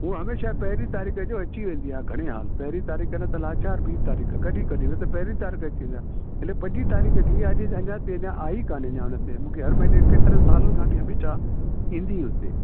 हूअं हमेशह पहिरीं तारीख़ जो अची वेंदी आहे घणे हाल पहिरीं तारीख़ु न त लाचार ॿी तारीख़ु कडहिं कॾहिं न त पहिरीं तारीख़ु अची वेंदी आहे हिन पंजी तारीख़ु थी आहे ॾिस अञा ताईं अञा आई कान्हे हुन ते मूंखे हर महीने केतिरनि सालनि खां वठी हमेशह ईंदी ई उते